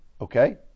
okay